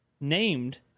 named